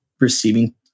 receiving